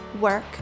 work